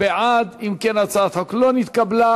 אם כן, הצעת החוק לא נתקבלה.